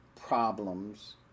problems